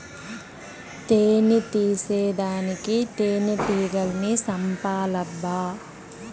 తేని తీసేదానికి తేనెటీగల్ని సంపాలబ్బా